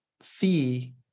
fee